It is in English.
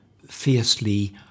fiercely